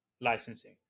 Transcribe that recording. licensing